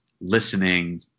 listening